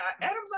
Adam's